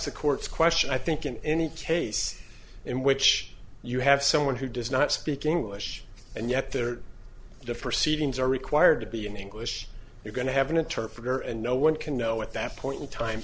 the court's question i think in any case in which you have someone who does not speak english and yet they're the first seedings are required to be in english you're going to have an interpreter and no one can know at that point in time